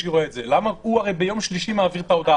והבנק הרי ביום שלישי מעביר את ההודעה